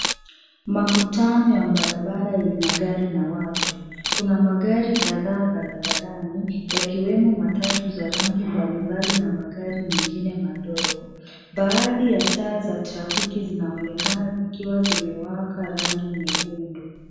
Makutano ya barabara yenye magari na watu .Kuna magari kadhaa barabarani yakiwemo matatu za rangi mbalimbali na magari mengine madogo. Baadhi ya taa za trafiki zinaonekana zikiwa zimewaka rangi nyekundu.